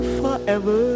forever